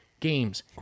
games